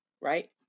right